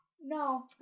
No